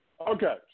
Okay